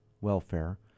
welfare